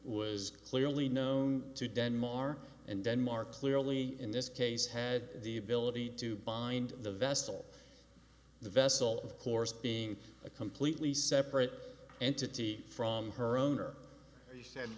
was clearly known to denmark and denmark clearly in this case had the ability to bind the vessel the vessel of course being a completely separate entity from her owner